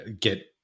get